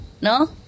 No